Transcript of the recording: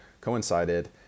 coincided